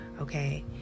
Okay